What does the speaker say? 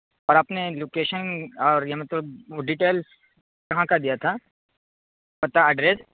اور آپ نے لوکیشن اور یا مطلب وہ ڈیٹیل کہاں کا دیا تھا پتا ایڈریس